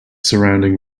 surrounding